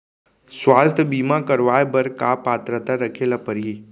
स्वास्थ्य बीमा करवाय बर का पात्रता रखे ल परही?